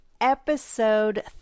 episode